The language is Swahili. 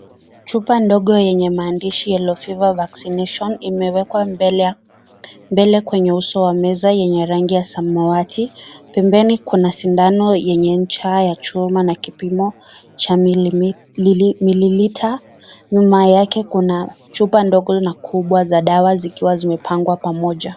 Chupa ndogo yenye maandishi (cs)yellow fever vaccination(cs) imewekwa mbele kwenye uso wa meza yenye rangi ya samawati, pembeni kuna sindano yenye ncha ya chuma na kipimo cha mililita, nyuma yake kuna chupa ndogo na kubwa za dawa zikiwa zimepangwa pamoja.